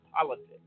politics